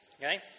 Okay